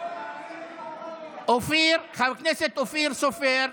חבר הכנסת אופיר סופר,